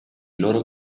loro